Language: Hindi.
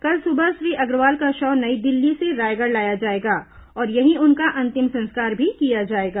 कल सुबह श्री अग्रवाल का शव नई दिल्ली से रायगढ़ लाया जाएगा और यहीं उनका अंतिम संस्कार भी किया जाएगा